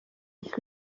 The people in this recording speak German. ich